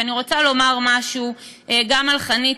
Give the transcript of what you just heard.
ואני רוצה לומר משהו גם על חניתה,